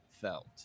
felt